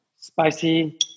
spicy